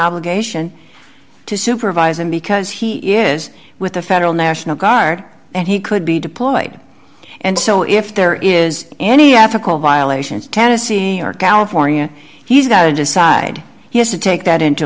obligation to supervise him because he is with the federal national guard and he could be deployed and so if there is any ethical violations tennessee or california he's going to side he has to take that into